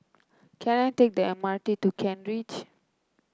can I take the M R T to Kent Ridge